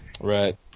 Right